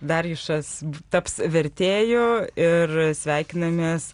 darijušas taps vertėju ir sveikinamės